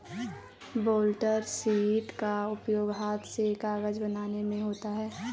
blotter sheet का उपयोग हाथ से कागज बनाने में होता है